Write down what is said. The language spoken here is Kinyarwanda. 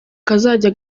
kazajya